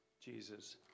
Jesus